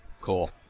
Cool